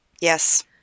Yes